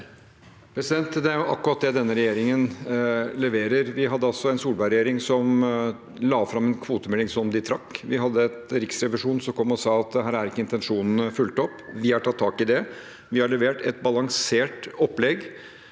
Det er akkurat der denne regjeringen leverer. Vi hadde altså en Solberg-regjering som la fram en kvotemelding som de trakk. Vi hadde Riksrevisjonen som kom og sa at intensjonene ikke var fulgt opp. Vi har tatt tak i det. Vi har levert et balansert opplegg